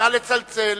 נא לצלצל.